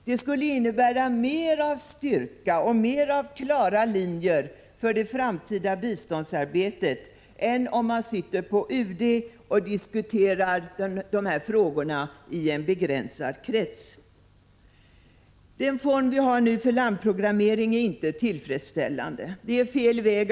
Detta skulle medföra mer av styrka och klara linjer för det framtida biståndsarbetet än om man sitter på UD och diskuterar frågorna i en begränsad krets. Den form som vi nu har för landprogrammering är inte tillfredsställande.